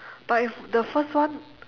but if the first one